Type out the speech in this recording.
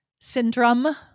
syndrome